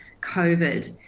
COVID